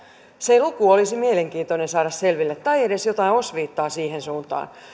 se luku olisi mielenkiintoinen saada selville tai edes jotain osviittaa siihen suuntaan